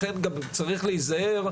לכן גם צריך להיזהר,